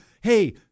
Hey